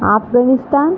Afghanistan